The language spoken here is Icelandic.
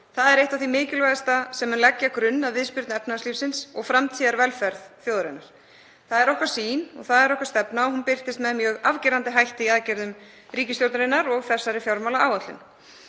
áður er eitt af því mikilvægasta sem mun leggja grunn að viðspyrnu efnahagslífsins og framtíðarvelferð þjóðarinnar. Það er okkar sýn og það er okkar stefna og hún birtist með mjög afgerandi hætti í aðgerðum ríkisstjórnarinnar og þessari fjármálaáætlun.